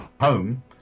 home